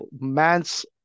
man's